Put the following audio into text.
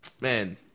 man